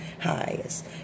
highest